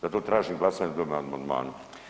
Zato tražim glasanje o ovom amandmanu.